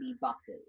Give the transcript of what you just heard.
buses